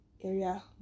area